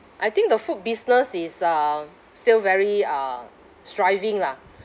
I think the food business is um still very uh striving lah